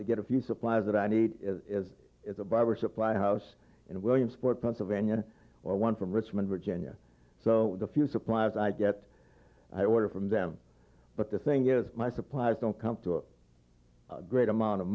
to get a few supplies that i need is a barber supply house in williamsport pennsylvania or one from richmond virginia so a few supplies i get i water from them but the thing is my supplies don't come to a great amount of